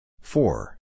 Four